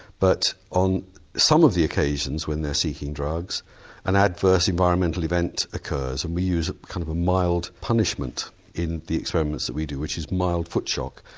but on some of the occasions when they are seeking drugs an adverse environmental event occurs and we use a kind of a mild punishment in the experiments that we do which is a mild foot shock.